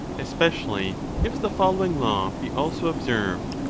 especially, if the following law be also observed.